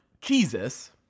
jesus